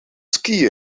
skiën